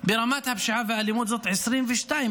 ברמת הפשיעה והאלימות היא 2022,